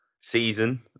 season